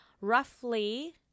roughly